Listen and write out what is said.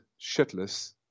shitless